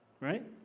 right